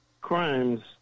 crimes